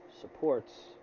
supports